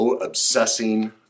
obsessing